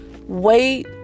wait